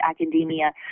academia